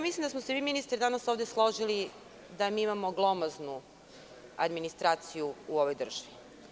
Mislim da smo se, ministre, danas ovde složili da mi imamo glomaznu administraciju u ovoj državi.